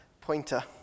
pointer